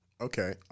Okay